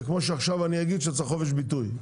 זה כמו שעכשיו אני אגיד שצריך חופש ביטוי,